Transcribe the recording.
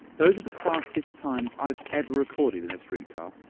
those are the fastest times i've ever recorded in a street car.